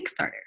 Kickstarter